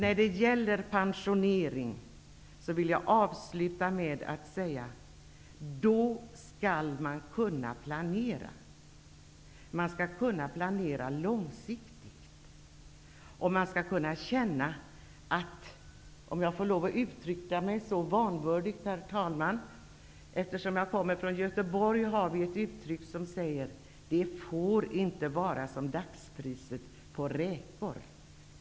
När det gäller pensionering, vill jag avslutningsvis säga, skall man kunna planera. Man skall kunna planera långsiktigt. I Göteborg har vi ett uttryck -- om jag får vara så vanvördig att jag tar upp det, herr talman -- som lyder: Det får inte vara som dagspriset på räkor.